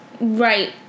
Right